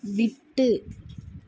விட்டு